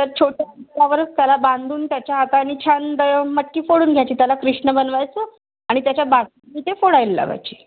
तर छोट्या वरच त्याला बांधून त्याच्या हाताने छान मटकी फोडून घ्यायची त्याला कृष्ण बनवायचं आणि त्याच्या ते फोडायला लावायची